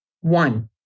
One